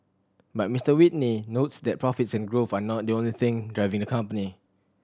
but Mister Whitney notes that profits and growth are not the only thing driving the company